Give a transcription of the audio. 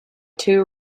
two